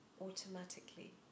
automatically